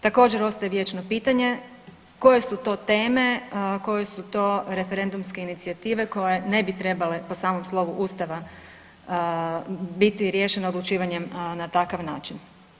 Također ostaje vječno pitanje koje su to teme, koje su to referendumske inicijative koje ne bi trebale po samom slovu Ustava biti riješeno odlučivanjem na takav način.